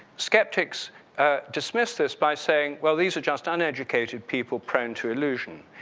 skeptics dismiss this by saying well, these are just uneducated people prone to illusions,